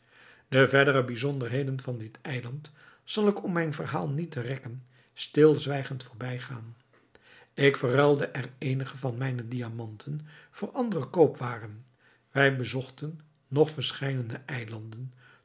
de verdere bijzonderheden van dit eiland zal ik om mijn verhaal niet te rekken stilzwijgend voorbijgaan ik verruilde er eenige van mijne diamanten voor andere koopwaren wij bezochten nog verscheidene eilanden